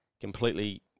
completely